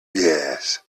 yes